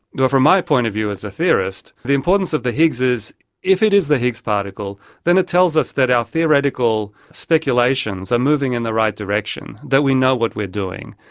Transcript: from my point of view as a theorist, the importance of the higgs is if it is the higgs particle then it tells us that our theoretical speculations are moving in the right direction, that we know what we're doing.